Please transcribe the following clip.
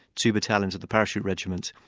two battalions of the parachute regiments,